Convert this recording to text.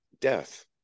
death